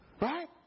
Right